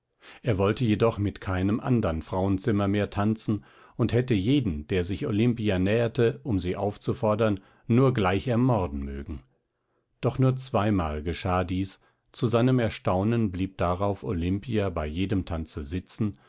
er wollte jedoch mit keinem andern frauenzimmer mehr tanzen und hätte jeden der sich olimpia näherte um sie aufzufordern nur gleich ermorden mögen doch nur zweimal geschah dies zu seinem erstaunen blieb darauf olimpia bei jedem tanze sitzen